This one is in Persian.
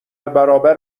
برابر